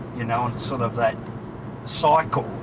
you know sort of that cycle,